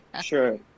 Sure